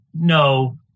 No